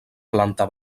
planta